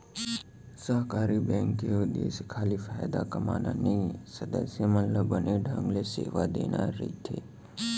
सहकारी बेंक के उद्देश्य खाली फायदा कमाना नइये, सदस्य मन ल बने ढंग ले सेवा देना रइथे